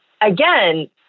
again